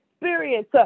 experience